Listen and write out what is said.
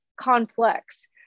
complex